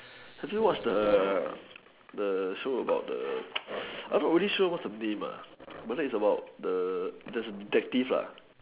have you watched the the show about the I'm not really sure what's the name lah but then it's about the there's a detective lah